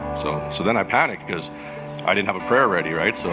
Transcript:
so so then i panicked because i didn't have a prayer ready, right? so